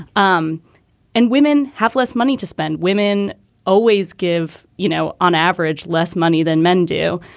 um and women have less money to spend. women always give. you know, on average, less money than men do.